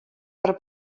per